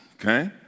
okay